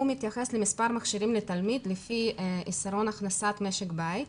הוא מתייחס למספר מכשירים לתלמיד לפי הכנסת משק הבית.